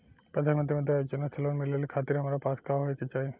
प्रधानमंत्री मुद्रा योजना से लोन मिलोए खातिर हमरा पास का होए के चाही?